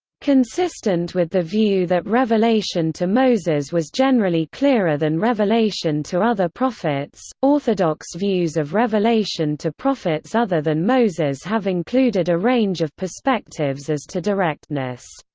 consistent with the view that revelation to moses was generally clearer than revelation to other prophets, orthodox views of revelation to prophets other than moses have included a range of perspectives as to directness.